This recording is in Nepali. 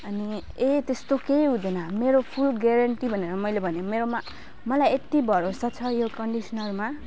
अनि ए त्यस्तो केही हुँदैन मेरो फुल ग्यारेन्टी भनेर मैले भने मेरोमा मलाई यति भरोसा छ यो कन्डिसनरमा